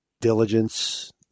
diligence